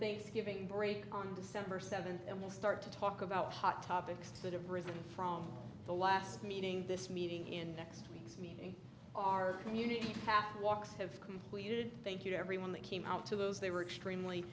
thanksgiving break on december seventh and we'll start to talk about hot topics that have arisen from the last meeting this meeting in next week's meeting our community half walks have completed thank you to everyone that came out to those they were extremely